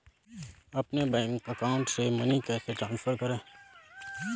अपने bank account से money कैसे ट्रांसफर करें?